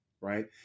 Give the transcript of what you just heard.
right